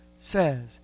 says